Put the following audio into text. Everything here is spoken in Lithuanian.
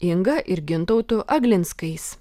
inga ir gintautu aglinskais